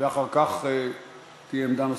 ואחר כך תהיה עמדה נוספת.